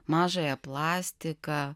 mažąją plastiką